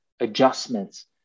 adjustments